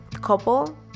couple